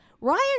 Ryan